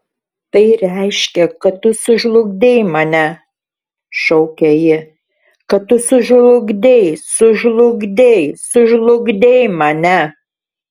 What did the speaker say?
tai reiškia kad tu sužlugdei mane šaukė ji kad tu sužlugdei sužlugdei sužlugdei mane